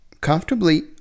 comfortably